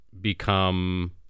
become